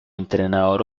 entrenador